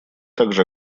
также